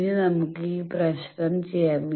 ഇനി നമുക്ക് ഈ പ്രശ്നം ചെയ്യാം